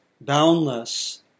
boundless